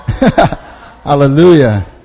Hallelujah